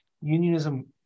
unionism